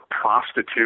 prostitute